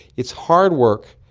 it's hard work,